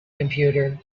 computer